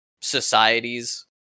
societies